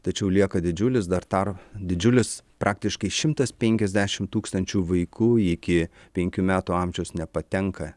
tačiau lieka didžiulis dar tar didžiulis praktiškai šimtas penkiasdešimt tūkstančių vaikų iki penkių metų amžiaus nepatenka